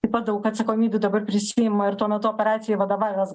taip pat daug atsakomybių dabar prisiima ir tuo metu operacijai vadovavęs